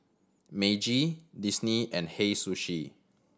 Meiji Disney and Hei Sushi